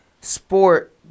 sport